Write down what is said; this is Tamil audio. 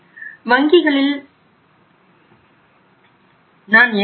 இது வங்கிகளின் தேவையாகும்